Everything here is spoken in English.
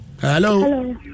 hello